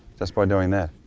just by doing that.